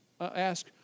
ask